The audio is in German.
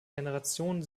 generationen